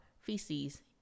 feces